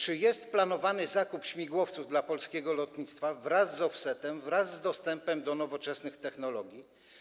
Czy jest planowany zakup śmigłowców dla polskiego lotnictwa wraz z offsetem, wraz z dostępem do nowoczesnych technologii?